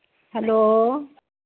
hello